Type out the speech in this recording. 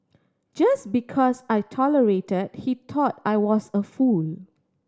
just because I tolerated he thought I was a fool